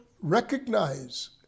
recognize